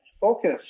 focus